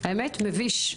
באמת מביש.